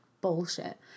bullshit